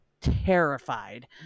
terrified